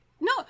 No